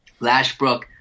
Lashbrook